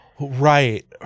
Right